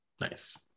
Nice